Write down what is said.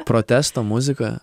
protesto muzika